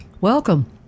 welcome